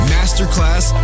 Masterclass